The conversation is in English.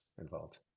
involved